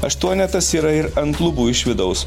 aštuonetas yra ir ant lubų iš vidaus